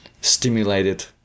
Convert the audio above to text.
stimulated